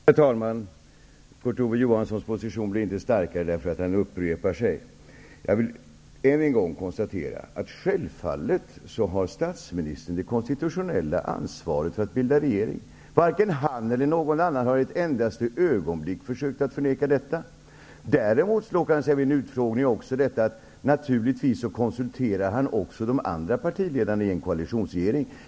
Herr talman! Kurt Ove Johanssons position blir inte starkare därför att han upprepar sig. Jag konstaterar än en gång att statsministern självfallet har det konstitutionella ansvaret för att bilda regering. Varken Carl Bildt eller någon annan har ett endaste ögonblick försökt att förneka detta. Däremot fastslog han vid en utfrågning att han naturligtvis konsulterar de andra partiledarna i en koalitionsregering.